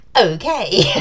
okay